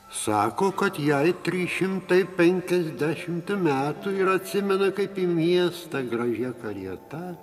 sako kad jai trys šimtai penkiasdešimt metų ir atsimena kaip į miestą gražia karieta